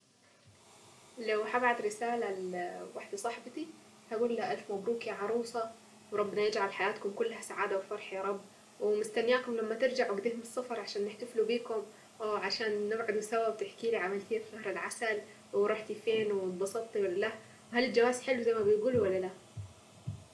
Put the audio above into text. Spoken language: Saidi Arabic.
لو هبعت رسالة لواحدة صاحبتي. هقولها الف مبروك يا عروسة وربنا يجعل حياتكم كلها سعادة وفرح يا رب ومستنياكم لما ترجعوا كده السفر عشان نحتفلوا بيكم وعشان نقعدوا سوا وتحكي لي عملية شهر العسل ورحتي فين. وانبسطتي ولا لا وهل الجواز حلو زي ما بيقولوا ولا لا؟